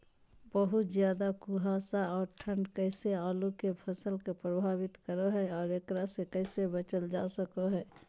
बहुत ज्यादा कुहासा और ठंड कैसे आलु के फसल के प्रभावित करो है और एकरा से कैसे बचल जा सको है?